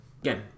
Again